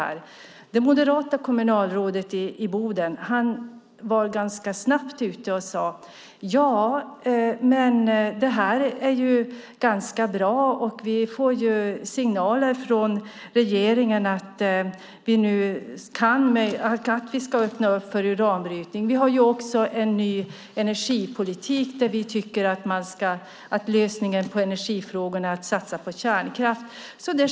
Bodens moderata kommunalråd var ganska snabbt ute och sade: Ja, det här är ganska bra. Vi får signaler från regeringen om att vi ska öppna upp för uranbrytning. Vi har en ny energipolitik där vi tycker att lösningen på energifrågorna är att satsa på kärnkraft.